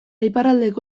iparraldeko